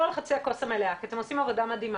על חצי הכוס המלאה כי אתם עושים עבודה מדהימה,